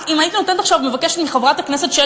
אם הייתי מבקשת עכשיו מחברת הכנסת שלי